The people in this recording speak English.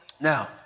Now